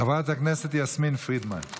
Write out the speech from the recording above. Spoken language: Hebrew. חברת הכנסת יסמין פרידמן,